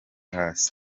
hasi